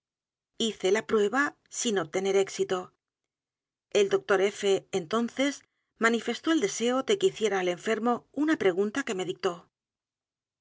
hice la prueba sin obtener é x i t o i el d r f entonces manifestó el deseo de que hiciera al enfermo una p r e g u n t a que me dictó